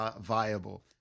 viable